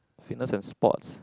fitness and sports